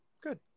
good